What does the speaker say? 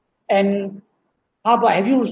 and how about I use